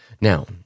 Now